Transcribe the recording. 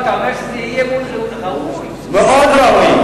לא, אתה אומר שזה אי-אמון ראוי, מאוד ראוי.